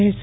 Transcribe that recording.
રહેશે